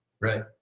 Right